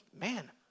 man